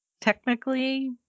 technically